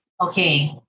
okay